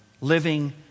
living